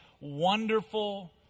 wonderful